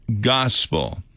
gospel